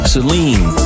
Celine